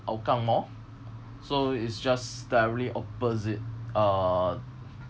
hougang mall so is just directly opposite uh